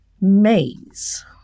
maze